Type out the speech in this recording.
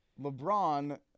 LeBron –